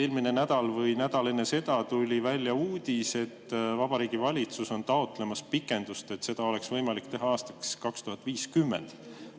Eelmine nädal või nädal enne seda tuli välja uudis, et Vabariigi Valitsus on taotlemas pikendust, et see [kohustus] oleks võimalik [täita] aastaks 2050.